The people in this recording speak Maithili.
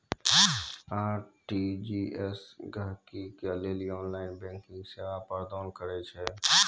आर.टी.जी.एस गहकि के लेली ऑनलाइन बैंकिंग सेवा प्रदान करै छै